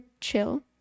chill